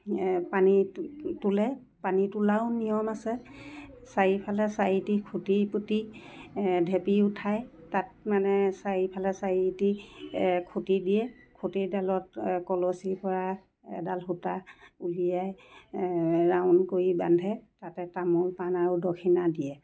পানী তোলে পানী তোলাও নিয়ম আছে চাৰিফালে চাৰিটি খুটি পুতি ভেঁটি উঠায় তাত মানে চাৰিফালে চাৰিটি খুটি দিয়ে খুটিডালত কলচী পৰা এডাল সূতা উলিয়াই ৰাউণ্ড কৰি বান্ধে তাতে তামোল পান আৰু দক্ষিণা দিয়ে